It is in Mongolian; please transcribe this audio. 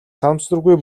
санамсаргүй